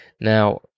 Now